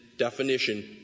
definition